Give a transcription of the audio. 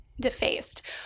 defaced